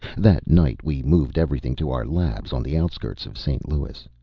that night we moved everything to our labs on the outskirts of st. louis.